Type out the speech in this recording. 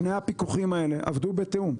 שני הפיקוחים האלה עבדו בתיאום.